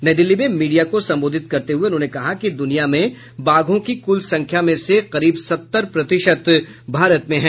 नई दिल्ली में मीडिया को संबोधित करते हुए उन्होंने कहा कि दुनिया में बाघों की कुल संख्या में से करीब सत्तर प्रतिशत भारत में हैं